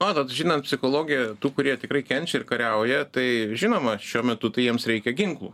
matot žinant psichologiją tų kurie tikrai kenčia ir kariauja tai žinoma šiuo metu tai jiems reikia ginklų